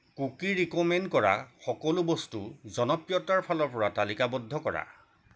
Kuki recommend কৰা সকলো বস্তু জনপ্ৰিয়তাৰ ফালৰ পৰা তালিকাবদ্ধ কৰা